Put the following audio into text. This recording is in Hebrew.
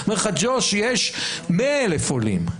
אומר לך ג'וש שיש 100,000 עולים,